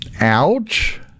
Ouch